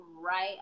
right